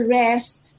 rest